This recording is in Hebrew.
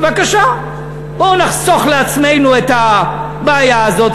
בבקשה בואו ונחסוך לעצמו את הבעיה הזאת.